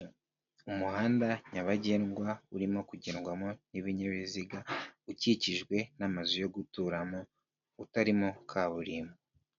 Umuhanda nyabagendwa urimo kugendwamo n'ibinyabiziga; ukikijwe n'amazu yo guturamo utarimo kaburimbo.